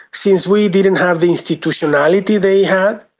since we didn't have the institutionality they had,